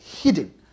hidden